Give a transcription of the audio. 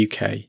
UK